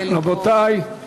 רבותי.